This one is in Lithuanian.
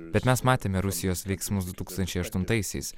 bet mes matėme rusijos veiksmus du tūkstančiai aštuntaisiais